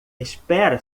espera